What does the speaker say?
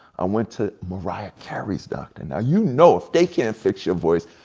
i went to mariah carey's doctor. now you know if they can't fix your voice,